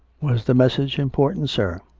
was the message important, sir?